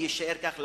ויישאר כך לעולם,